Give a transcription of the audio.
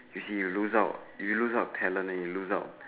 see you lose out you lose out talent you lose out